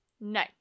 No